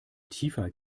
tiefer